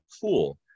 cool